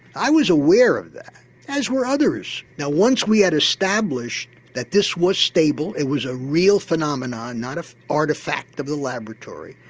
i was aware of that as were others. now once we had established that this was stable, it was a real phenomenon not an artefact of the laboratory,